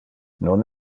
non